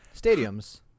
Stadiums